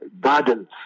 gardens